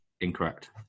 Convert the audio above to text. Incorrect